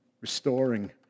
restoring